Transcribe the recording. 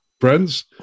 friends